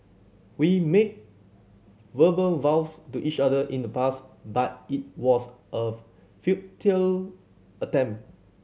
we made verbal vows to each other in the past but it was a futile attempt